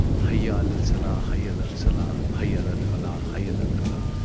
hayya alas-salah. hayya alas-salah. hayya alal-falah. hayya alal-falah.